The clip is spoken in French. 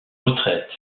retraite